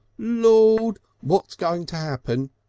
lord! what's going to happen?